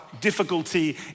difficulty